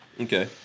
Okay